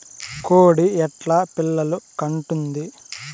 కోడి ఎట్లా పిల్లలు కంటుంది?